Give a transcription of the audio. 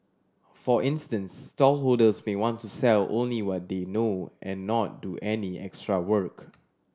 for instance stallholders may want to sell only what they know and not do any extra work